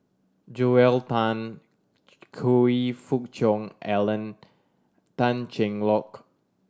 Joel Tan Choe Fook Cheong Alan Tan Cheng Lock